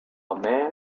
man